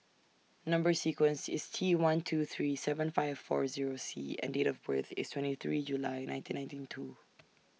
Number sequence IS T one two three seven five four Zero C and Date of birth IS twenty three July nineteen ninety two